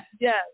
Yes